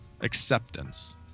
acceptance